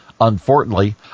Unfortunately